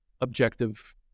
objective